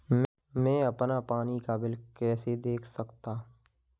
मैं अपना पानी का बिल कैसे देख सकता हूँ?